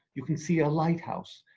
you can see a lighthouse,